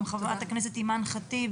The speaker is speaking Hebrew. גם חברת הכנסת אימאן ח'טיב,